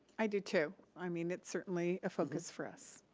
i do too. i mean it's certainly a focus for us.